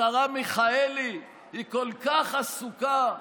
השרה מיכאלי, היא כל כך עסוקה.